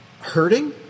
hurting